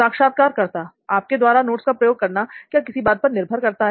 साक्षात्कारकर्ता आपके द्वारा नोट्स का प्रयोग करना क्या किसी बात पर निर्भर करता है